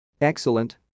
Excellent